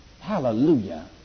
Hallelujah